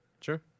Sure